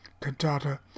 Cantata